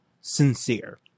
sincere